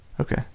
Okay